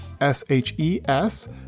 S-H-E-S